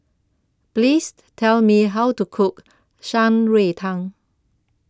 Please Tell Me How to Cook Shan Rui Tang